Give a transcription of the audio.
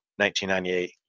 1998